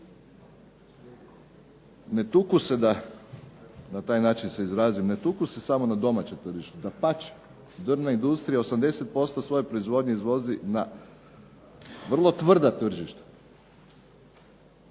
poduzetnici sa svojim proizvodom ne tuku se samo na domaćem tržištu, dapače. Drvna industrija 80% svoje proizvodnje izvozi na vrlo tvrda tržišta.